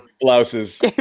Blouses